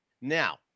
Now